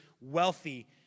wealthy